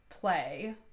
play